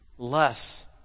Less